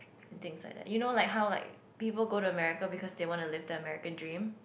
things like that you know like how like people go to America because they want to live their American dream